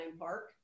Park